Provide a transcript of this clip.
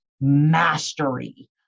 mastery